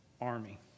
army